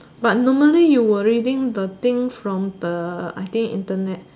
but normally you will reading the thing from the I think Internet